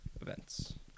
events